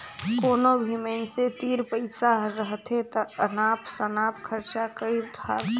कोनो भी मइनसे तीर पइसा हर रहथे ता अनाप सनाप खरचा कइर धारथें